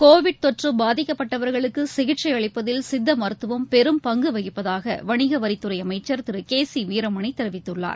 Covid தொற்றபாதிக்கப்பட்டவர்களுக்குசிகிச்சைஅளிப்பதில் சித்தமருத்துவம் பெரும் பங்குவகிப்பதாகவணிகவரித்துறைஅமைச்சர் திருகேசிவீரமணிதெரிவித்துள்ளார்